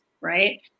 right